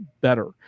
better